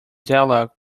dialog